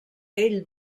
ell